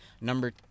Number